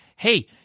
Hey